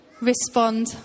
respond